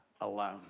alone